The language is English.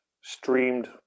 streamed